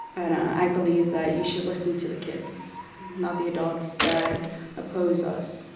i believe that you should listen to the kids not the adults that oppose us.